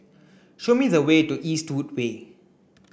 show me the way to Eastwood Way